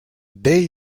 they